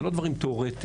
זה לא דברים תיאורטיים.